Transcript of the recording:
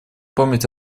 помнить